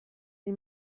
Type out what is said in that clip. die